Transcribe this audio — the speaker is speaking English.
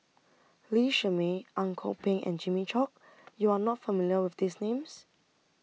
Lee Shermay Ang Kok Peng and Jimmy Chok YOU Are not familiar with These Names